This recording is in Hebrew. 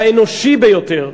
האנושי ביותר,